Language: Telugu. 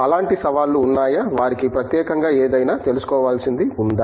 అలాంటి సవాళ్లు ఉన్నాయా వారికి ప్రత్యేకంగా ఏదైనా తెలుసుకోవాల్సింది ఉందా